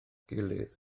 gilydd